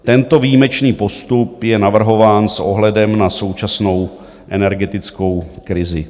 Tento výjimečný postup je navrhován s ohledem na současnou energetickou krizi.